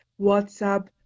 WhatsApp